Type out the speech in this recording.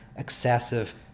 excessive